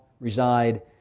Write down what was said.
reside